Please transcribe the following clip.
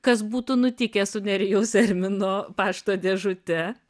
kas būtų nutikę su nerijaus ermino pašto dėžute